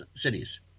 cities